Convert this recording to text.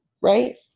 right